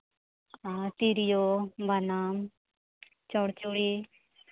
ᱛᱤᱨᱭᱳ ᱵᱟᱱᱟᱢ ᱪᱚᱲ ᱪᱚᱲᱤ